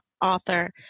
author